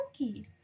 monkey